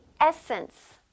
essence